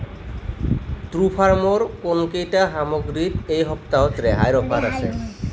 টুফ্ৰামৰ কোনকেইটা সামগ্ৰীত এই সপ্তাহত ৰেহাইৰ অফাৰ আছে